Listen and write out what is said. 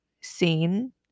seen